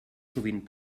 sovint